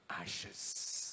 ashes